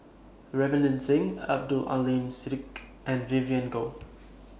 Ravinder Singh Abdul Aleem Siddique and Vivien Goh